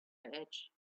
edge